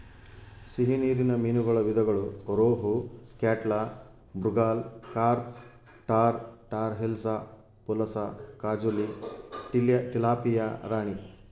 ಸಿಹಿ ನೀರಿನ ಮೀನುಗಳ ವಿಧಗಳು rohu, catla, mrigal, carp tor, tor hilsa, pulasa, kajuli, tilapia ರಾಣಿ